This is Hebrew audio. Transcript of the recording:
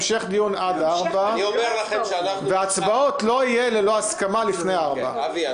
המשך דיון עד 16:00. והצבעות לא היו ללא הסכמה לפני 16:00. אבי,